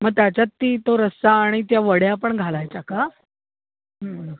मग त्याच्यात ती तो रस्सा आणि त्या वड्या पण घालायच्या का हं